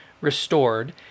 restored